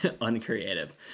uncreative